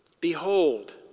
Behold